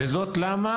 ולמה?